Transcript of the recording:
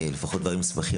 לפחות דברים שמחים,